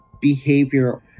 behavior